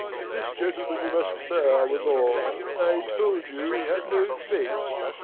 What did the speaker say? this gentleman you must bear withal i told you he had no faith.